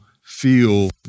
feel